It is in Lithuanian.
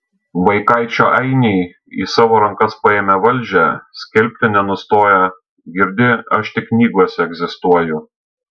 vaikaičio ainiai į savo rankas paėmę valdžią skelbti nenustoja girdi aš tik knygose egzistuoju